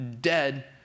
dead